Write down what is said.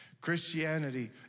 Christianity